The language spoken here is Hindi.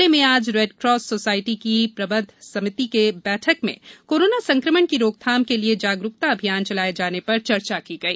जिले में आज रेडकास सोसायटी की प्रबंध समिति की बैठक में कोरोना संक्रमण की रोकथाम के लिये जागरूकता अभियान चलाए जाने पर चर्चा की गई